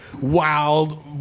wild